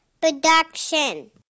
production